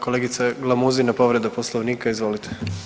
Kolegica Glamuzina povreda Poslovnika, izvolite.